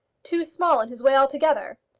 too small in his way altogether.